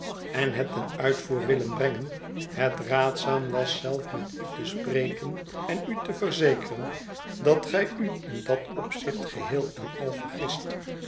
en het ten uitvoer willen brengen het raadzaam was zelf met u te spreken en u te verzekeren dat gij u in dat opzicht geheel en al